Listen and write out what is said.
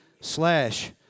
slash